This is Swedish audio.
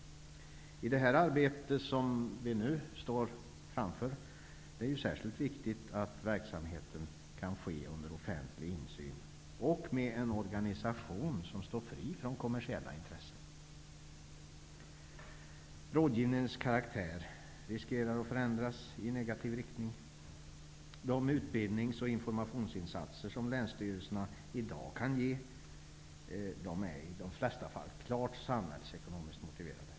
I det arbete som vi nu står inför är det särskilt viktigt att verksamheten kan ske under offentlig insyn och med en organisation som står fri från kommersiella intressen. Rådgivningens karaktär riskerar att förändras i negativ riktning. De utbildnings och informationsinsatser som länsstyrelserna i dag kan göra är i de flesta fall klart samhällsekonomiskt motiverade.